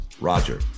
Roger